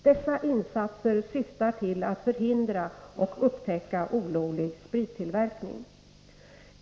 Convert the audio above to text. Dessa insatser syftar till att förhindra och upptäcka olovlig sprittillverkning.